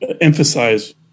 emphasize